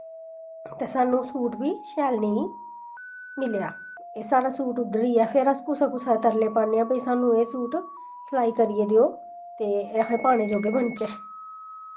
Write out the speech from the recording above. ते सानूं सूट बी शैल नेईं मिलेआ एह् साढ़ा सूट उधड्ढिया फिर अस कुसा कुसा दे तरले पान्ने आं भाई सानूं एह् सूट सलाई करियै देओ ते एह् अस पाने जोह्गे बनचै